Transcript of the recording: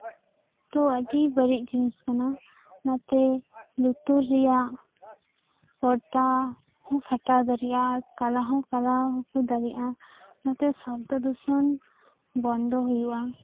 ᱫᱚ ᱟᱹᱰᱤ ᱵᱟᱹᱲᱤᱡ ᱡᱤᱱᱤᱥ ᱠᱟᱱᱟ ᱚᱱᱟᱛᱮ ᱞᱩᱛᱩᱨ ᱨᱮᱭᱟᱜ ᱯᱚᱨᱫᱟ ᱦᱚᱸ ᱯᱷᱟᱴᱟᱣ ᱫᱟᱲᱤᱭᱟᱜᱼᱟ ᱠᱟᱞᱟ ᱦᱚᱸᱢ ᱠᱟᱞᱟ ᱦᱩᱭ ᱫᱟᱲᱮᱭᱟᱜᱼᱟ ᱚᱱᱟᱛᱮ ᱥᱚᱵᱫᱚ ᱫᱩᱥᱚᱱ ᱵᱚᱱᱱᱫᱚ ᱦᱩᱭᱩᱜᱼᱟ